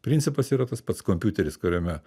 principas yra tas pats kompiuteris kuriame